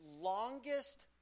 longest